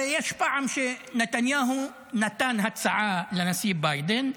הרי פעם נתניהו נתן הצעה לנשיא ביידן,